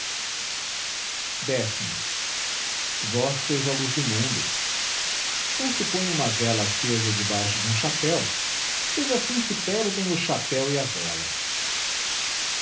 vós sois a luz do mundo não se põe uma vela acesa debaixo de um chapéu pois assim se perdem o chapéu e a vela